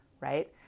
Right